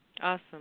Awesome